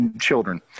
children